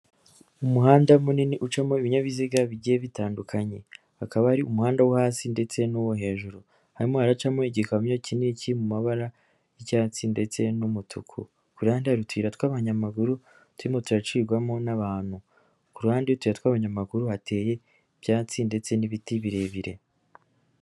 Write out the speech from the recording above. Umuhanda munini ucamo ibinyabiziga bigiye bitandukanye, hakaba hari umuhanda wo hasi ndetse n'uwo hejuru, harimo haracamo igikamyo kinini ki mu mabara y'icyatsi ndetse n'umutuku, ku ruhande hari utuyi twaba abanyamaguru turimo turacibwamo n'abantu, ku ruhande y'utuyira tw'abanyamaguru hateye ibyatsi ndetse n'ibiti birebire.